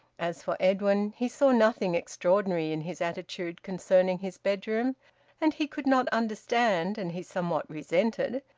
as for edwin, he saw nothing extraordinary in his attitude concerning his bedroom and he could not understand, and he somewhat resented,